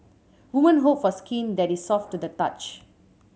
women hope for skin that is soft to the touch